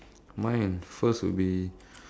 mine first would be